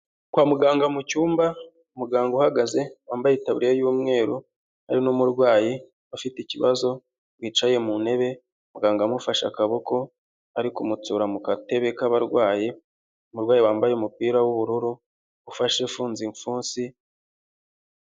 Kwa muganga mu cyumba muganga uhagaze wambaye itaburiya y'umweru hari n'umurwayi ufite ikibazo wicaye mu ntebe muganga amufashe akaboko ari kumucunga mu gatebe k'abarwayi, umurwayi wambaye umupira w'ubururu ufashe ufunze ibimpfunsi.